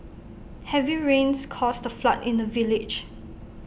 heavy rains caused A flood in the village